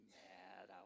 mad